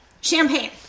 champagne